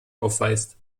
aufweist